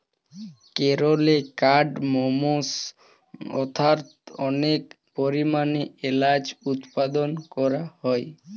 কেরলে কার্ডমমস্ অর্থাৎ অনেক পরিমাণে এলাচ উৎপাদন করা হয়